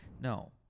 No